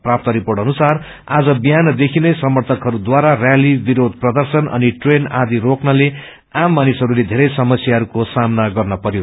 प्राप्त रिपोर्ट अनुसार आज विहानदेखि नै समर्थकहरूद्वारा रयाती विरोष प्रदर्शन अनि ट्रेन आदि रोक्नाले आम मानिसहरूले बेरै समस्याहरूको सामना गर्न परयो